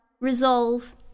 resolve